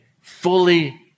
fully